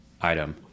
item